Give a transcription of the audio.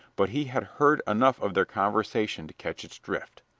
but he had heard enough of their conversation to catch its drift.